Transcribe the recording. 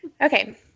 Okay